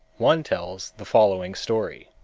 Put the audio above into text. one tells the following story